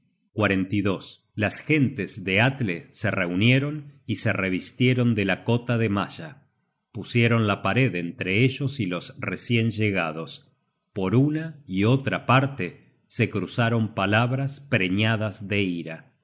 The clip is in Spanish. rendia el espíritu las gentes de atle se reunieron y se revistieron de la cota de malla pusieron la pared entre ellos y los recien llegados por una y otra parte se cruzaron palabras preñadas de ira